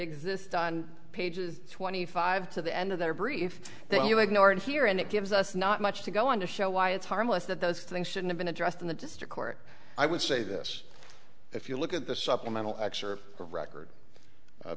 exist on pages twenty five to the end of their brief that you ignored here and it gives us not much to go on to show why it's harmless that those things should have been addressed in the district court i would say this if you look at the supplemental